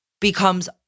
becomes